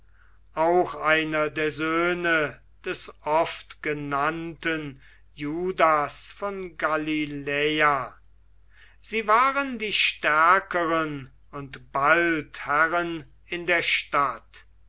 auch einer der söhne des oft genannten judas von galiläa sie waren die stärkeren und bald herren in der stadt